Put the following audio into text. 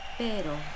pero